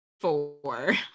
four